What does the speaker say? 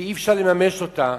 ואי-אפשר לממש אותו,